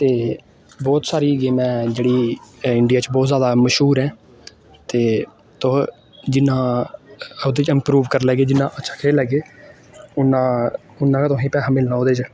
ते बहुत सारी गेमां जेह्ड़ी इंडिया च बहुत जादा मश्हूर ऐ ते तुस जिन्ना ओह्दे च इम्प्रूव करी लैगे जिन्ना अच्छा खेली लैगे उन्ना उन्ना गै तुसें पैसा मिलना ओह्दे च